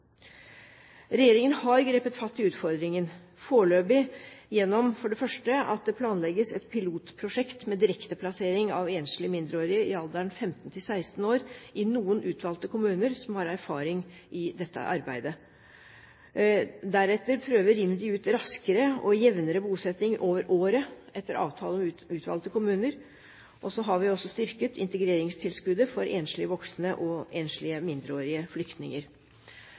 Regjeringen har grepet fatt i utfordringen, foreløpig gjennom følgende: Det planlegges et pilotprosjekt med direkteplassering av enslige mindreårige i alderen 15–16 år i noen utvalgte kommuner som har erfaring i dette arbeidet. IMDi prøver ut raskere og jevnere bosetting over året, etter avtale med utvalgte kommuner. Integreringstilskuddet er styrket for enslige voksne og enslige mindreårige flyktninger.